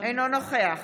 אינו נוכח